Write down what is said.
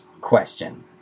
question